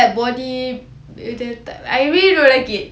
like bodybuilder type I really don't like it